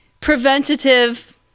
preventative